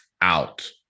out